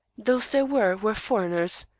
those there were, were foreigners,